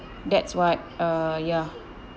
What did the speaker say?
that's why uh ya